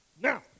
now